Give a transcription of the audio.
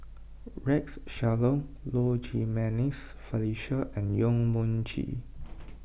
Rex Shelley Low Jimenez Felicia and Yong Mun Chee